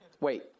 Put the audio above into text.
Wait